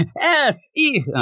S-E